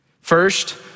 First